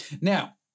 now